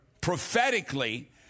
prophetically